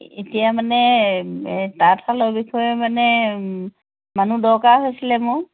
এতিয়া মানে তাঁতশালৰ বিষয়ে মানে মানুহ দৰকাৰ হৈছিলে মোক